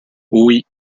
oui